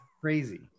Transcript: crazy